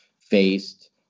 faced